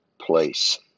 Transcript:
place